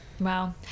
wow